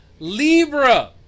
Libra